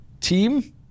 team